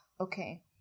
okay